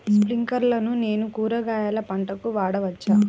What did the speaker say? స్ప్రింక్లర్లను నేను కూరగాయల పంటలకు వాడవచ్చా?